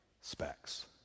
specs